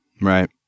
Right